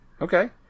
okay